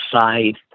side